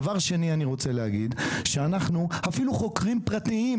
דבר שני אני רוצה להגיד שאנחנו אפילו חוקרים פרטיים,